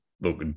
look